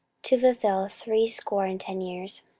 to fulfil threescore and ten years.